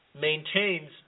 maintains